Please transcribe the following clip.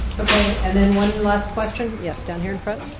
okay. and then one last question. yes, down here in front.